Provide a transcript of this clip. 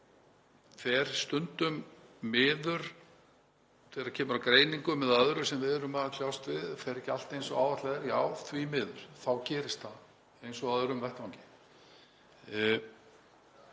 bíða. Fer stundum miður þegar kemur að greiningum eða öðru sem við erum að kljást við, fer ekki allt eins og áætlað er? Já, því miður gerist það eins og á öðrum vettvangi.